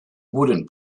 wooden